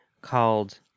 called